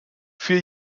für